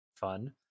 fun